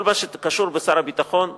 כל מה שקשור בשר הביטחון נתקע.